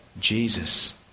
Jesus